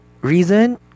reason